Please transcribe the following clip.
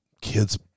kids